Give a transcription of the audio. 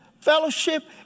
fellowship